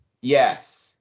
Yes